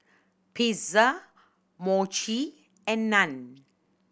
Pizza Mochi and Naan